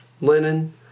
linen